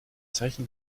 zeichen